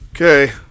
Okay